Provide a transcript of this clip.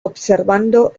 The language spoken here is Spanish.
observando